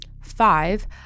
five